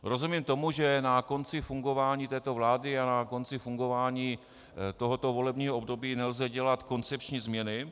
Rozumím tomu, že na konci fungování této vlády a na konci fungování tohoto volebního období nelze dělat koncepční změny.